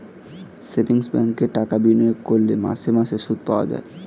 savings ব্যাঙ্কে টাকা বিনিয়োগ করলে মাসে মাসে সুদ পাওয়া যায়